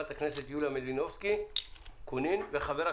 ג'אבר עסאקלה, יוליה מלינובסקי קונין.